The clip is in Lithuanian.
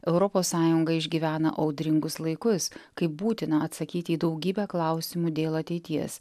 europos sąjunga išgyvena audringus laikus kai būtina atsakyti į daugybę klausimų dėl ateities